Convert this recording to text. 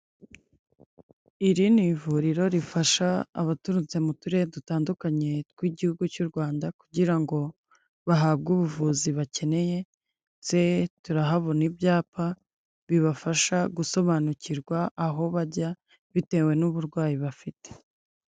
Iri ni Ivuriro rifasha abaturutse mu turere dutandukanye tw'igihugu cy'uRwanda kugira ngo bahabwe ubuvuzi bakeneye. Turahabona ibyapa bibafasha gusobanukirwa aho bajya bitewe n'uburwayi bafite.